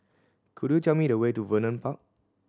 could you tell me the way to Vernon Park